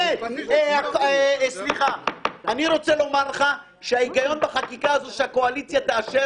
אני רוצה לומר לך שההיגיון בחקיקה הזאת שהקואליציה תאשר